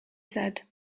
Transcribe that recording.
said